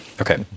Okay